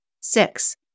Six